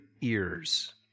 ears